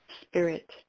spirit